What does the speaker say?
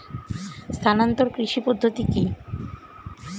স্থানান্তর কৃষি পদ্ধতি কি?